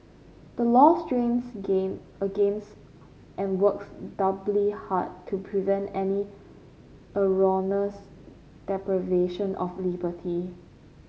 the law strains gain against and works doubly hard to prevent any erroneous deprivation of liberty